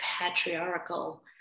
patriarchal